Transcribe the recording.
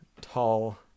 tall